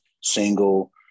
single